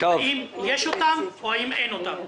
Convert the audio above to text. אם יש אותם או אין אותם.